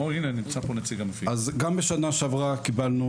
גם בשנה שעברה קיבלנו